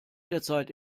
derzeit